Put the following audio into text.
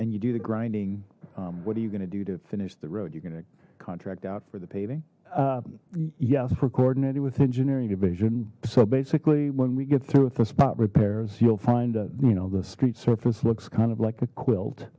and you do the grinding what are you going to do to finish the road you're going to contract out for the paving yes we're coordinated with engineering division so basically when we get through it the spot repairs you'll find you know the street surface looks kind of like a quilt